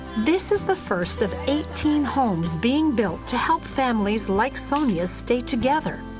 this is the first of eighteen homes being built to help families like sonya's stay together.